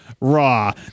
Raw